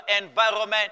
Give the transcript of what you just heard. environment